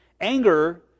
Anger